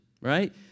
right